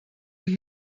und